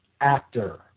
actor